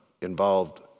involved